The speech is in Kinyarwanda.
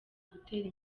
gutera